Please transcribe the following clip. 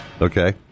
Okay